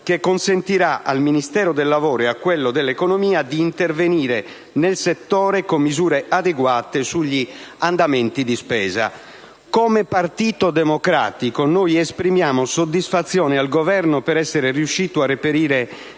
che consentirà al Ministero del lavoro e a quello dell'economia di intervenire nel settore con misure adeguate sugli andamenti di spesa. Come Partito Democratico esprimiamo soddisfazione al Governo per essere riuscito a reperire